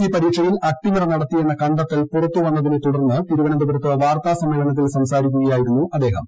C പരീക്ഷയിൽ അട്ടിമറി നടത്തിയെന്ന കണ്ടെത്തൽ പുറത്തുവന്നതിനെ തുടർന്ന് തിരുവനന്തപുരത്ത് വാർത്താസമ്മേളനത്തിൽ സംസാരിക്കുകയായിരുന്നു അദ്ദേഹം